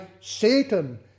Satan